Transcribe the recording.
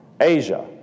Asia